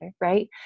right